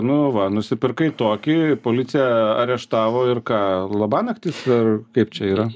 nu va nusipirkai tokį policija areštavo ir ką labanaktis ar kaip čia yra